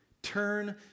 Turn